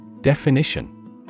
Definition